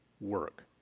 work